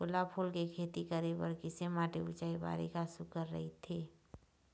गुलाब फूल के खेती करे बर किसे माटी ऊंचाई बारिखा सुघ्घर राइथे?